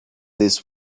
this